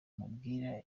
mubwira